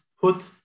put